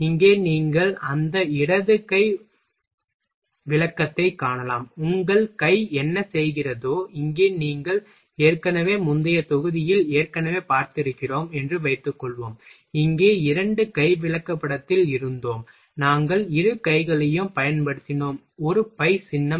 இங்கே நீங்கள் அந்த இடது கை விளக்கத்தைக் காணலாம் உங்கள் கை என்ன செய்கிறதோ இங்கே நீங்கள் ஏற்கனவே முந்தைய தொகுதியில் ஏற்கனவே பார்த்திருக்கிறோம் என்று வைத்துக்கொள்வோம் இங்கே இரண்டு கை விளக்கப்படத்தில் இருந்தோம் நாங்கள் இரு கைகளையும் பயன்படுத்தினோம் ஒரு பை சின்னம்